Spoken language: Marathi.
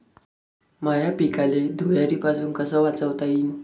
माह्या पिकाले धुयारीपासुन कस वाचवता येईन?